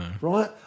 right